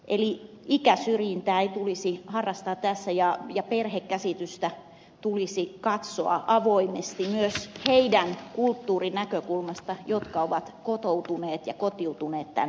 eli ikäsyrjintää ei tulisi harrastaa tässä ja perhekäsitystä tulisi katsoa avoimesti myös niiden kulttuurinäkökulmasta jotka ovat kotoutuneet ja kotiutuneet tänne suomeen